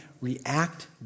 react